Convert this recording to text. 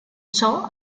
ciò